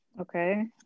Okay